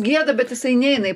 gieda bet jisai neina į